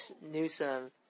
Newsom